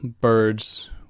birds